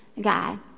God